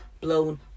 blown